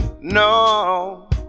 no